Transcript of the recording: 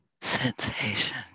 sensation